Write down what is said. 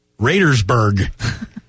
Raidersburg